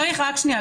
רק שנייה,